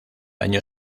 año